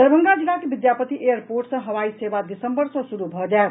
दरभंगा जिलाक विद्यापति एयरपोर्ट सँ हवाई सेवा दिसम्बर सँ शुरू भऽ जायत